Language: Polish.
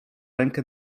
rękę